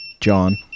John